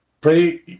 pray